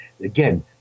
again